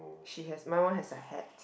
she has my one has a hat